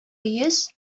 йөз